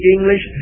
English